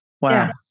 Wow